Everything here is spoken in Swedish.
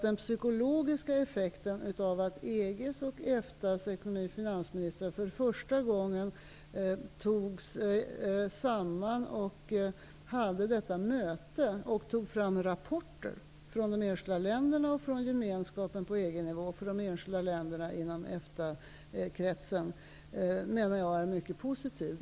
Den psykologiska effekten av att EG:s och EFTA:s finansministrar för första gången tog sig samman och anordnade detta möte och tog fram rapporter om de enskilda länderna inom EFTA och inom EG är mycket positiv.